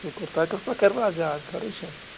شُکر تۅہہِ کِتھٕ پٲٹھی کٔرۍوٕ اَز یاد خٲرٕے چھا